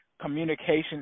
communication